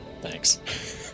Thanks